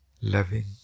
loving